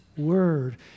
Word